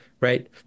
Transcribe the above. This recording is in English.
right